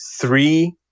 three